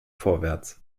vorwärts